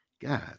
God